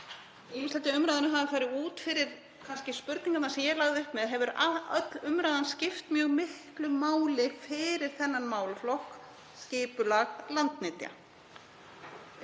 í umræðunni hafi farið út fyrir spurningarnar sem ég lagði upp með hefur öll umræðan skipt mjög miklu máli fyrir þennan málaflokk, skipulag landnytja.